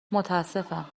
متاسفم